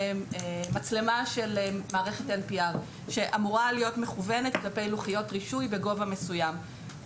מצלמה של מערכת MPR שאמורה להיות מכוונת כלפי לוחיות רישוי בגובה מסוים,